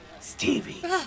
Stevie